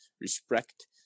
respect